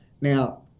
Now